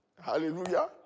Hallelujah